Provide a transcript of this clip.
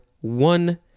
one